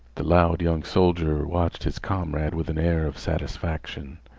the loud young soldier watched his comrade with an air of satisfaction.